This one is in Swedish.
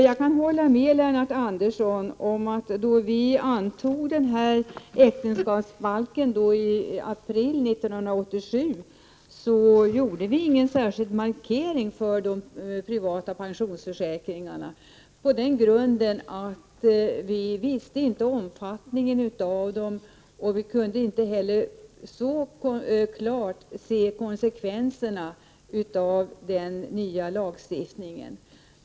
Jag kan hålla med Lennart Andersson om att då vi antog äktenskapsbalken i april 1987 gjorde vi ingen särskild markering för de privata pensionsförsäkringarna på den grunden att vi inte kände till omfattningen av dem och inte heller så klart kunde se konsekvenserna av den nya lagstiftningen.